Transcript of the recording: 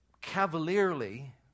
cavalierly